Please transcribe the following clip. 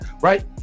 right